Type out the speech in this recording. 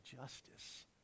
justice